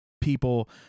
people